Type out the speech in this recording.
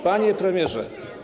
Panie Premierze!